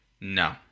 No